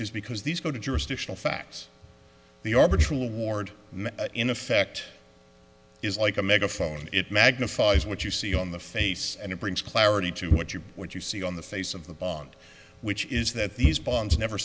is because these go to jurisdictional facts the order to award in effect is like a megaphone it magnifies what you see on the face and it brings clarity to what you what you see on the face of the bond which is that these bonds never